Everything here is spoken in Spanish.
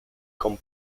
con